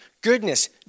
goodness